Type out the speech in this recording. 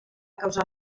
causar